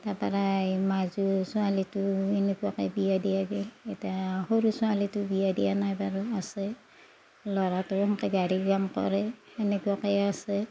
তাৰ পৰাই মাজু ছোৱালীটো এনেকুৱাকে বিয়া দিয়া গেল এতিয়া সৰু ছোৱালীটো বিয়া দিয়া নাই বাৰু আছে ল'ৰাটোৱে গাড়ীৰ কাম কৰে সেনেকুৱাকেই আছে